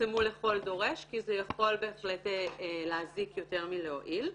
יפורסמו לכל דורש כי זה יכול בהחלט להזיק יותר מלהועיל.